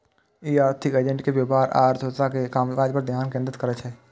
ई आर्थिक एजेंट के व्यवहार आ अर्थव्यवस्था के कामकाज पर ध्यान केंद्रित करै छै